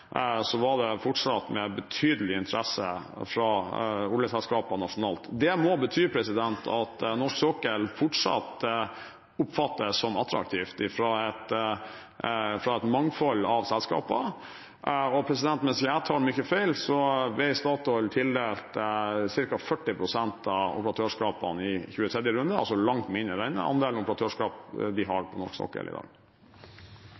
var det fortsatt med betydelig interesse fra oljeselskaper nasjonalt. Det må bety at norsk sokkel fortsatt oppfattes som attraktiv av et mangfold av selskaper. Og tar jeg ikke mye feil, ble Statoil tildelt ca. 40 pst. av operatørskapene i 23. runde, altså langt mindre enn andelen operatørskap de